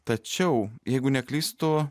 tačiau jeigu neklystu